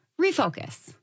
refocus